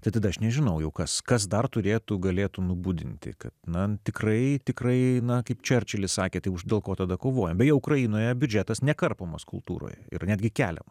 tada aš nežinojau kas kas dar turėtų galėtų nubudinti kad na tikrai tikrai eina kaip čerčilis sakė tai dėl ko tada kovojome ukrainoje biudžetas nekarpomas kultūroje ir netgi keliama